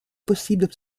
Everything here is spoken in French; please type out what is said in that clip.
possible